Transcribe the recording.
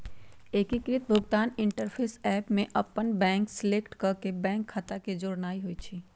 एकीकृत भुगतान interface app में अप्पन बैंक सेलेक्ट क के बैंक खता के जोड़नाइ होइ छइ